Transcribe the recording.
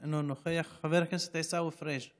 נמצא, אינו נוכח, חבר הכנסת עיסאווי פריג'